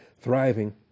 thriving